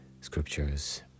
scriptures